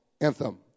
anthem